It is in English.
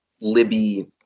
Libby